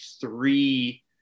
three